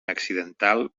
accidental